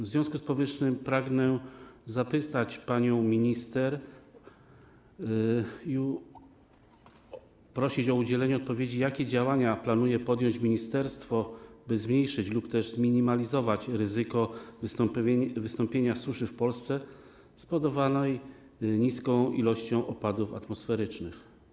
W związku z powyższym pragnę zapytać panią minister i prosić o udzielenie odpowiedzi, jakie działania planuje podjąć ministerstwo, by zmniejszyć lub też zminimalizować ryzyko wystąpienia w Polsce suszy spowodowanej niską ilością opadów atmosferycznych.